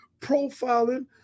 profiling